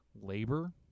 labor